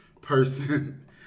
Person